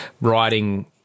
writing